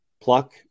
pluck